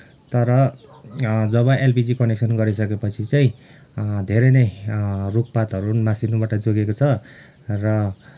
तर जब LPG connection लगाइसकेपछि चाहिँ धेरै नै रुखपातहरू नासिनुबाट जोगिएको छ र